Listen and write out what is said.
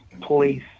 police